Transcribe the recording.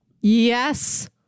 yes